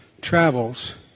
travels